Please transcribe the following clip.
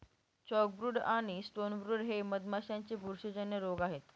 chalkbrood आणि stonebrood हे मधमाशांचे बुरशीजन्य रोग आहेत